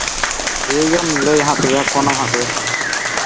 ᱴᱷᱤᱠ ᱜᱮᱭᱟ ᱞᱟᱹᱭᱟᱢ ᱦᱟᱸᱜ ᱛᱚᱵᱮ ᱯᱷᱳᱱᱟᱢ ᱦᱟᱸᱜ ᱛᱚᱵᱮ